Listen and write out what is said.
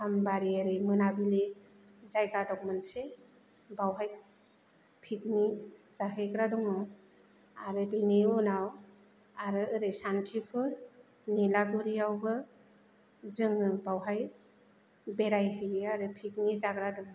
आमबारि ओरै मोनाबिलि जायगा दं मोनसे बावहाय पिकनि जाहैग्रा दङ आरो बिनि उनाव आरो ओरै सान्थिपुर निलागुरिआवबो जोङो बावहाय बेरायहैयो आरो पिकनि जाग्रा दं